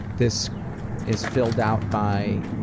this is filled out by